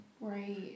Right